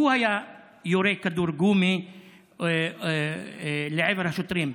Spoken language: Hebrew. שהוא היה יורה כדור גומי לעבר השוטרים.